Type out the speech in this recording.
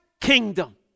kingdom